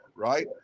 Right